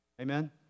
Amen